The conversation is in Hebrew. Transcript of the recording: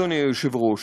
אדוני היושב-ראש,